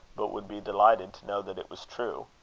but would be delighted to know that it was true.